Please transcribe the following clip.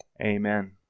Amen